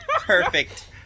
Perfect